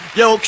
yo